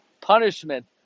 punishment